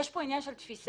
יש כאן עניין של תפיסה.